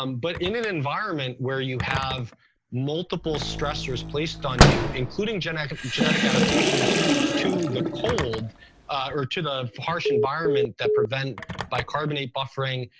um but in an environment where you have multiple stressors placed on you including genetic genetic adaptations to the cold or to the harsh environment that prevent bicarbonate buffering,